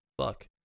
Fuck